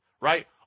Right